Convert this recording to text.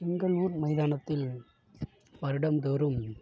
எங்கள் ஊர் மைதானத்தில் வருடம் தோறும்